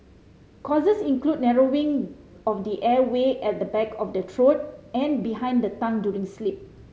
causes include narrowing of the airway at the back of the throat and behind the tongue during sleep